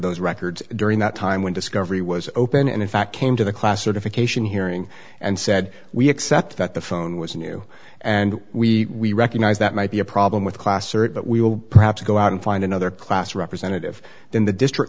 those records during that time when discover he was open and in fact came to the class certification hearing and said we accept that the phone was new and we recognize that might be a problem with class search but we will perhaps go out and find another class representative then the district